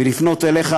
ולפנות אליך,